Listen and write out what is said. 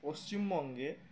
পশ্চিমবঙ্গে